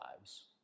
lives